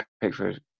Pickford